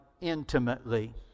intimately